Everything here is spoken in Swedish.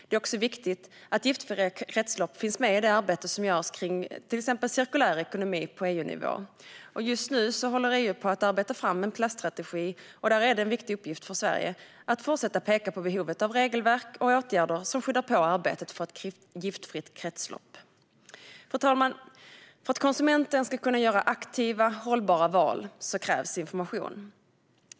Det är också viktigt att giftfria kretslopp finns med i det arbete som görs kring till exempel cirkulär ekonomi på EU-nivå. Just nu håller EU på att arbeta fram en plaststrategi. Då är det en viktig uppgift för Sverige att fortsätta peka på behovet av regelverk och åtgärder som skyndar på arbetet för ett giftfritt kretslopp. Fru talman! För att konsumenten ska kunna göra aktiva och hållbara val krävs information.